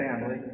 family